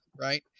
right